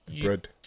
Bread